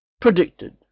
Predicted